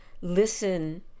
listen